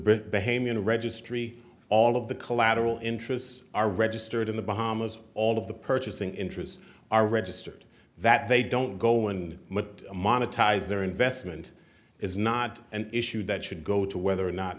a registry all of the collateral interests are registered in the bahamas all of the purchasing interests are registered that they don't go in but monetize their investment is not an issue that should go to whether or not